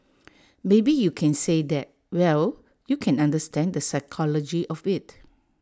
maybe you can say that well you can understand the psychology of IT